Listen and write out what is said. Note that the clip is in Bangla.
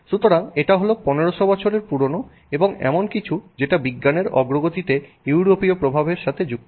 সুতরাং এটা হল 1500 বছরের পুরনো এবং এমন কিছু যেটা বিজ্ঞানের অগ্রগতিতে ইউরোপীয় প্রভাবের সাথে যুক্ত